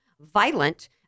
violent